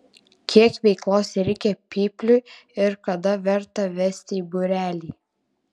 kiek veiklos reikia pypliui ir kada verta vesti į būrelį